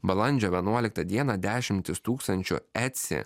balandžio vienuoliktą dieną dešimtys tūkstančių etsy